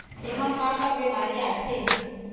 एमा का का बेमारी आथे?